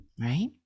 Right